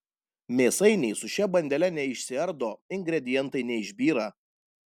mėsainiai su šia bandele neišsiardo ingredientai neišbyra